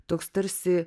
toks tarsi